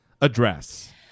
address